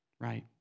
Right